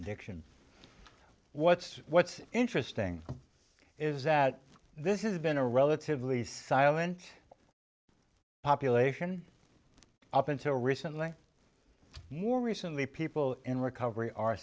addiction what's what's interesting is that this is been a relatively silent population up until recently more recently people in recovery are